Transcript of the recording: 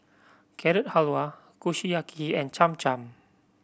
Carrot Halwa Kushiyaki and Cham Cham